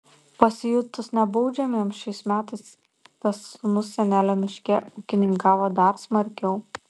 pasijutus nebaudžiamiems šiais metais kitas sūnus senelio miške ūkininkavo dar smarkiau